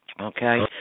Okay